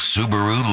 Subaru